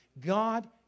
God